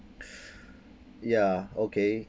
ya okay